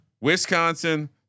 Wisconsin